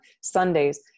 Sundays